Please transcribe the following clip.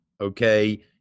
okay